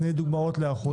תני לי דוגמה להיערכות.